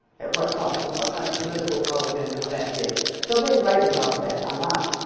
what cost and what kind of political power then does that give? so they write about that a lot.